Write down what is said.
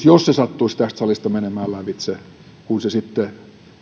jos se sattuisi tästä salista menemään lävitse sitten